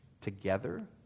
together